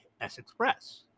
S-Express